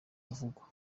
bavugwa